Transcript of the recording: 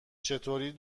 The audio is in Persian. چطوری